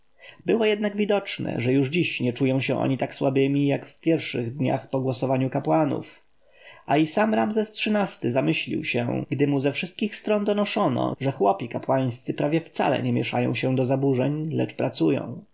było jednak widoczne że już dziś nie czują się oni tak słabymi jak w pierwszych chwilach po głosowaniu delegatów a i sam ramzes xiii-ty zamyślił się gdy mu ze wszystkich stron donoszono że chłopi kapłańscy prawie wcale nie mieszają się do zaburzeń lecz pracują